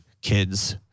kids